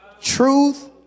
Truth